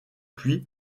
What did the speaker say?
puits